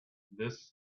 this